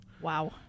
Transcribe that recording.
Wow